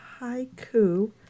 haiku